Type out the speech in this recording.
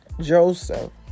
Joseph